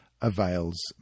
avails